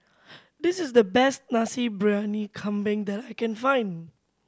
this is the best Nasi Briyani Kambing that I can find